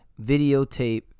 videotape